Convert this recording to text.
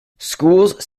schools